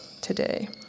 today